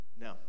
No